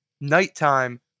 nighttime